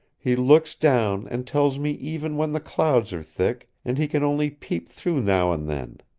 he looks down and tells me even when the clouds are thick and he can only peep through now and then.